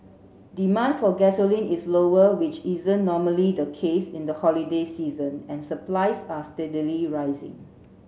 demand for gasoline is lower which isn't normally the case in the holiday season and supplies are steadily rising